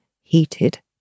heated